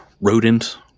rodent